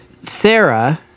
Sarah